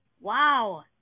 wow